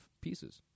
pieces